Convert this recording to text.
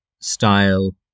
style